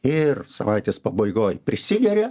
ir savaitės pabaigoje prisigeria